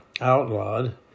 outlawed